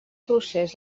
procés